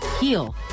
heal